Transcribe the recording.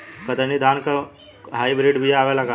कतरनी धान क hybrid बिया आवेला का?